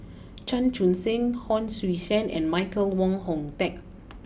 Chan Chun sing Hon Sui Sen and Michael Wong Hong Deng